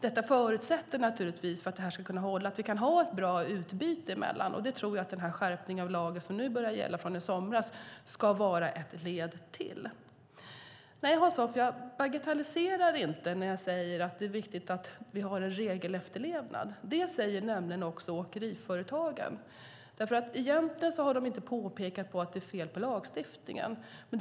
Att detta ska kunna hålla förutsätter naturligtvis att vi kan ha ett bra utbyte mellan länderna, och det tror jag att den skärpning av lagen som började gälla i somras ska vara ett led i. Nej, Hans Hoff, jag bagatelliserar inte när jag säger att det är viktigt att vi har en regelefterlevnad. Det säger nämligen också åkeriföretagen. Egentligen har de inte pekat på att det är fel på lagstiftningen.